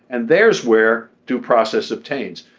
and there's where due process obtains.